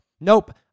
nope